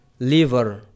liver